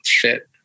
fit